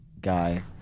guy